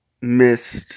missed